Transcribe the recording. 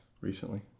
Recently